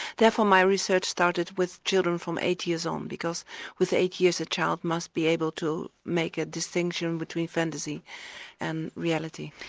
therefore my research started with children from eight years on um because with eight years a child must be able to make a distinction between fantasy and reality.